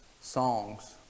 songs